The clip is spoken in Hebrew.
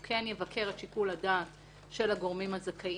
יבקר את שיקול הדעת של הגורמים המזכים,